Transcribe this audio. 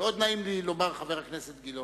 מאוד נעים לי לומר חבר הכנסת גילאון,